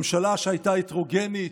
ממשלה שהייתה הטרוגנית,